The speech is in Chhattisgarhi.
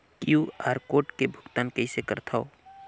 क्यू.आर कोड से भुगतान कइसे करथव?